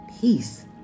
peace